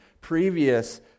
previous